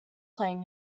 playing